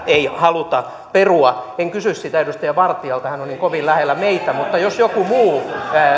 ei haluta perua en kysy sitä edustaja vartialta hän on niin kovin lähellä meitä mutta jos joku muu